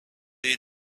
you